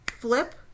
Flip